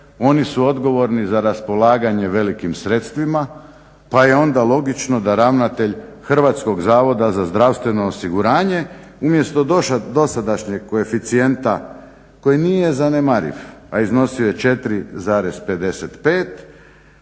oni su odgovorni za raspolaganje velikim sredstvima pa je onda logično da ravnatelj HZZO-a umjesto dosadašnjeg koeficijenta koji nije zanemariv, a iznosio je 4,55